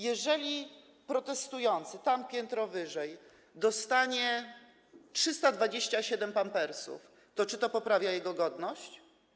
Jeżeli protestujący tam piętro wyżej dostanie 327 pampersów, to czy to poprawia jego godność?